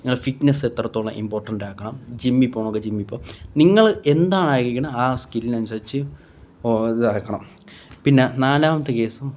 നിങ്ങളുടെ ഫിറ്റ്നസ് എത്രത്തോളം ഇമ്പോർട്ടൻറ്റാക്കണം ജിമ്മില് പോകുന്നവർക്ക് ജിമ്മില് പോകാം നിങ്ങള് എന്തായിരിക്കണെ ആ സ്കില്ലിനനുസരിച്ച് ഇതാക്കണം പിന്നെ നാലാമത്തെ കേസ്